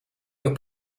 your